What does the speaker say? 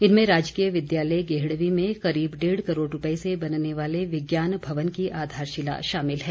इनमें राजकीय विद्यालय गेहड़वीं में करीब डेढ़ करोड़ रूपए से बनने वाले विज्ञान भवन की आधारशिला शामिल है